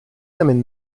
them